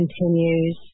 continues